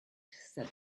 said